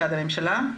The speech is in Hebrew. שלום.